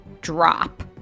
drop